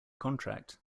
contract